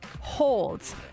holds